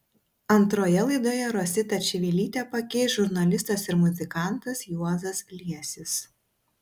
antroje laidoje rositą čivilytę pakeis žurnalistas ir muzikantas juozas liesis